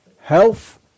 health